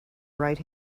right